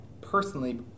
personally